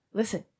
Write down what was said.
listen